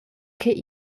che